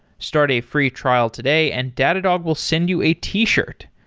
start a free trial today and datadog will send you a t-shirt.